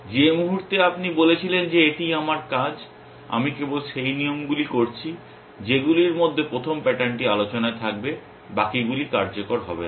যে মুহুর্তে আপনি বলেছিলেন যে এটি আমার কাজ আমি কেবল সেই নিয়মগুলি করছি যেগুলির মধ্যে প্রথম প্যাটার্নটি আলোচনায় থাকবে বাকীগুলি কার্যকর হবে না